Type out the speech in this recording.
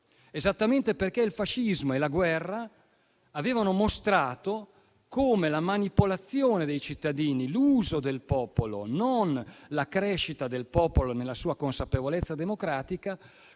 Esattamente perché il fascismo e la guerra avevano mostrato come la manipolazione dei cittadini, l'uso del popolo - non la crescita del popolo nella sua consapevolezza democratica